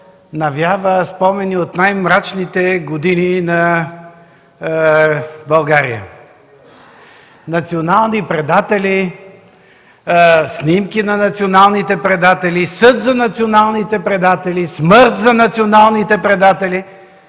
навява спомени от най-мрачните години на България: „национални предатели”, „снимки на националните предатели”, „съд за националните предатели”, „смърт за националните предатели”?!